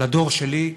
לדור שלי,